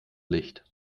licht